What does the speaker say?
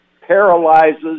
paralyzes